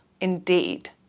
Indeed